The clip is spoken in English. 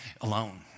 alone